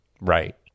Right